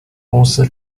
公司